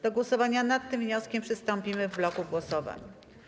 Do głosowania nad tym wnioskiem przystąpimy w bloku głosowań.